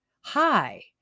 Hi